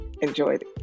enjoyed